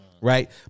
right